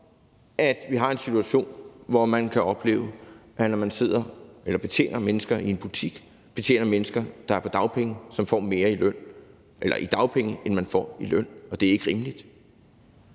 at vi har en situation, hvor man kan opleve, at når man betjener mennesker i en butik, betjener man mennesker, der er på dagpenge, som får mere i dagpenge, end man får i løn. Det er ikke rimeligt.